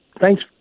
thanks